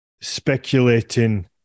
speculating